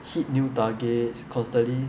hit new targets constantly